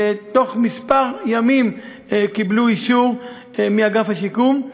ובתוך כמה ימים קיבלו אישור מאגף השיקום.